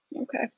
Okay